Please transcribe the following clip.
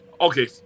Okay